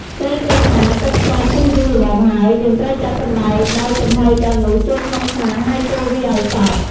ពេលឃើញថា ទឹកស្ករពុះយូរល្មមហើយ យើងត្រូវចាក់សណ្តែកដែលចំហុយឆ្អិននោះចូលក្នុងឆ្នាំងហើយកូរវាឱ្យសព្វ។